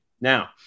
Now